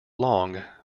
long